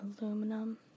aluminum